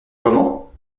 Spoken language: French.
comment